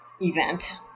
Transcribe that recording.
event